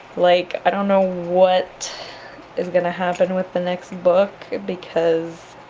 like i don't know what is gonna happen with the next book because